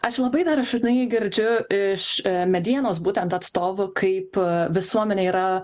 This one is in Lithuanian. aš labai dažnai girdžiu iš medienos būtent atstovų kaip visuomenė yra